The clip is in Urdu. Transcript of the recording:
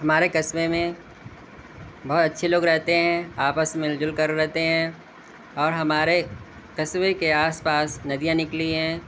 ہمارے قصبے میں بہت اچھے لوگ رہتے ہیں آپس میں مل جل کر رہتے ہیں اور ہمارے قصبے کے آس پاس ندیاں نکلی ہیں